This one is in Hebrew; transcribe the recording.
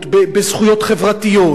בזכויות חברתיות,